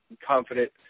confident